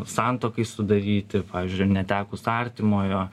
santuokai sudaryti pavyzdžiui netekus artimojo